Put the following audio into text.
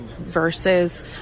versus